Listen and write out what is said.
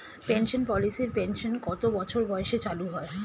Pension পলিসির pension কত বছর বয়সে চালু হয়?